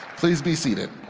please be seated.